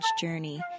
Journey